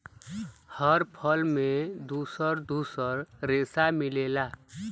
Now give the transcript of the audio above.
हर फल में दुसर दुसर रेसा मिलेला